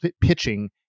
pitching